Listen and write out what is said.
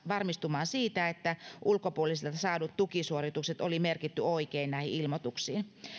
varmistumaan siitä että ulkopuolisilta saadut tukisuoritukset oli merkitty oikein näihin ilmoituksiin